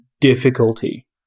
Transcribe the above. difficulty